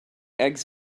eggs